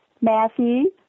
Matthew